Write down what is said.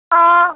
आँय